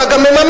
אתה גם מממן,